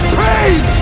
pain